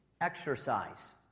exercise